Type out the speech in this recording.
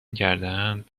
کردهاند